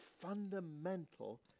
fundamental